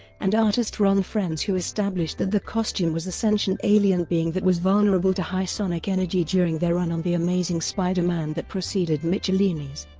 and artist ron frenz who established that the costume was a sentient alien being that was vulnerable to high sonic energy during their run on the amazing spider-man that preceded michelinie's.